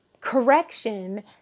correction